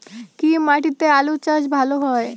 কি মাটিতে আলু চাষ ভালো হয়?